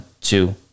two